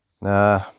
Nah